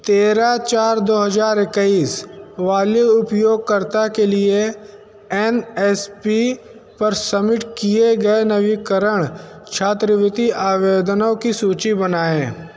तेरह चार दो हज़ार इक्कीस वाले उपयोगकर्ता के लिए एन एस पी पर समिट किए गए नवीनीकरण छात्रवृति आवेदनों की सूची बनाएँ